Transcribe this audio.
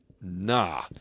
Nah